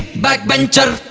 back bencher.